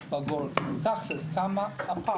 תכל'ס, כמה הפער?